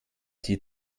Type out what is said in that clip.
sie